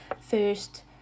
first